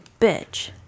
bitch